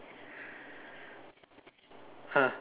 ah